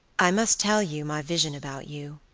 i must tell you my vision about you